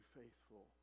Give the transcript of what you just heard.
faithful